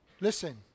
Listen